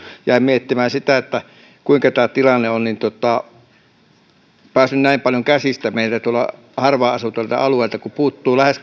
jäin miettimään sitä kuinka tämä tilanne on päässyt näin paljon käsistä kun meiltä tuolla harvaan asutuilla alueilla puuttuva lähes